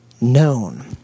known